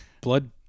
blood